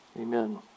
amen